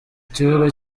kibuga